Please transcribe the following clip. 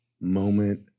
Moment